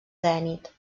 zenit